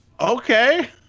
Okay